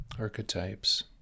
archetypes